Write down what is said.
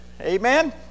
amen